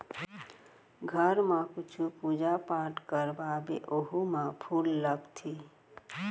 घर म कुछु पूजा पाठ करवाबे ओहू म फूल लागथे